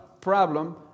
problem